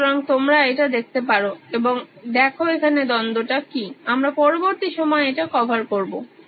সুতরাং তোমরা এটা দেখতে পারো এবং দেখো এখানে দ্বন্দ্ব টা কি আমরা পরবর্তী সময়ে এটা কভার করবো